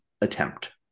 attempt